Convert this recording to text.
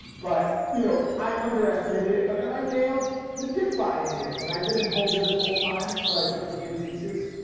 but you know, i underestimated it. but then i nailed the dip buy in here. and i didn't hold this whole time. but i took a few pieces,